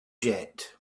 yet